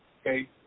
Okay